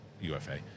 UFA